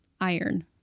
iron